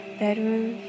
bedroom